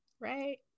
right